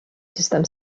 sustem